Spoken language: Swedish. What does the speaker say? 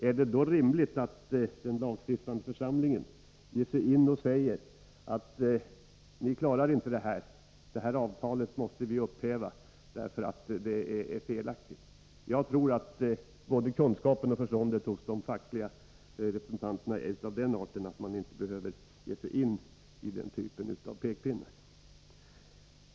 Är det då rimligt att den lagstiftande församlingen ger sig in och säger: Ni klarar inte det här, utan detta avtal måste vi upphäva, eftersom det är felaktigt? Jag tror att både kunskapen och förståndet hos de fackliga representanterna är av den arten att man inte behöver gå in med den typen av pekpinnar.